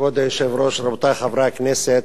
חבר הכנסת ג'מאל זחאלקה ביקש להתחלף עם חבר הכנסת